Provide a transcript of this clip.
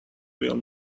will